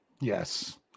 Yes